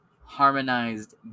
harmonized